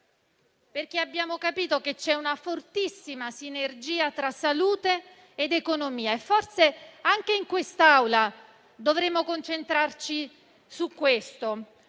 abbiamo capito che c'è una fortissima sinergia tra salute ed economia e forse anche in quest'Aula dovremmo concentrarci su questo,